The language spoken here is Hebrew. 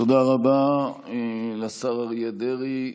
תודה רבה לשר אריה דרעי.